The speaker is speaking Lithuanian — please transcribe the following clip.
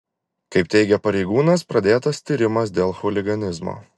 kaip teigia pareigūnas pradėtas tyrimas dėl chuliganizmo